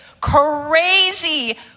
Crazy